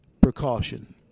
precaution